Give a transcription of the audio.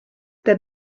der